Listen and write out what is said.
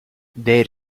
there